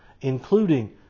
including